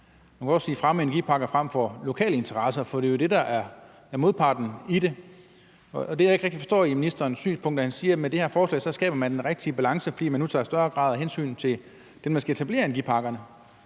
Man kunne også sige, at det er at fremme energiparker frem for lokale interesser, for det er jo det, der er modparten i det. Og det, jeg ikke rigtig forstår ved ministerens synspunkt, er, at han siger, at med det her forslag skaber man den rigtige balance, fordi man nu tager en højere grad af hensyn dem, der skal etablere energiparkerne.